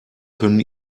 können